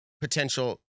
potential